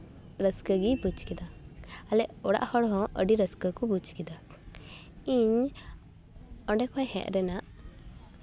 ᱨᱟᱹᱥᱠᱟᱹᱜᱤᱧ ᱵᱩᱡᱽ ᱠᱮᱫᱟ ᱟᱞᱮ ᱚᱲᱟᱜ ᱦᱚᱲᱦᱚᱸ ᱟᱹᱰᱤ ᱨᱟᱹᱥᱠᱟᱹ ᱠᱚ ᱵᱩᱡᱽ ᱠᱮᱫᱟ ᱤᱧ ᱚᱸᱰᱮ ᱠᱷᱚᱱ ᱦᱮᱡ ᱨᱮᱱᱟᱜ